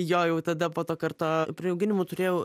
jo jau tada po to karto priauginimų turėjau